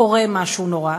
לפעמים קורה משהו נורא,